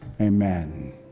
Amen